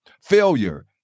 Failure